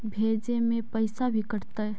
भेजे में पैसा भी कटतै?